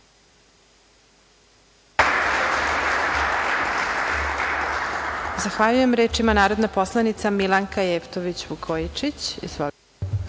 Zahvaljujem. Reč ima narodna poslanica Milanka Jevtović Vukojičić.